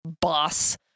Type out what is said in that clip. boss